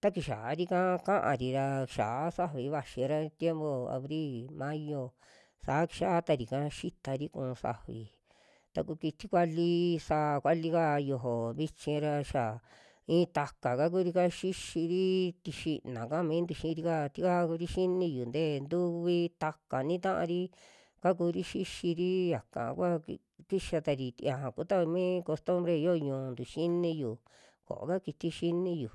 takixiari kaa ka'ari ra xia'a safi vaxira tiempo abri, mayo saa kixia tarika xitari ku'u safi ta ku kiti valii sa'a valika yiojo vichi ra xia i'i taka kakurika xixirii tixina kamintu xiirika tika kuri xiiniyu ntee tuuvi, taka nii ta'ari kakuri xixiri yakakua ki- kixatari xija kuta mii costumbre yo'o ñu'untu xiniyu ko'o ka kiti xiniyu.